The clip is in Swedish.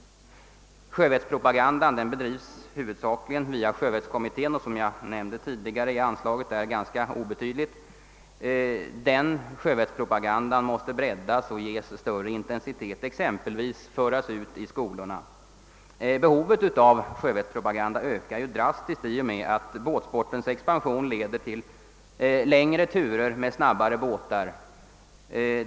Sjösäkerhetspropagandan bedrivs huvudsakligen via sjövettskommittén och som jag nämnde tidigare är anslaget härför ganska obetydligt. Denna propaganda måste breddas och få större intensitet — exempelvis föras ut i skolorna. Behovet av sjövettspropaganda ökar drastiskt i och med att båtsportens expansion leder till längre turer med snabbare båtar.